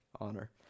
honor